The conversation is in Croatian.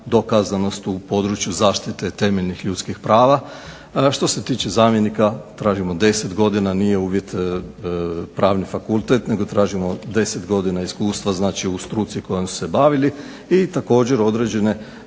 dokazanost u području zaštite temeljnih ljudskih prava. Što se tiče zamjenika tražimo 10 godina, nije uvjet Pravni fakultet, nego tražimo 10 godina iskustva u struci kojom su se bavili i također određene